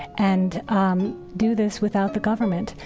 and um do this without the government.